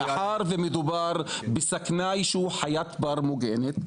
מאחר ומדובר בשקנאי שהוא חיית בר מוגנת,